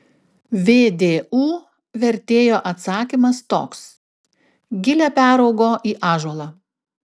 vdu vertėjo atsakymas toks gilė peraugo į ąžuolą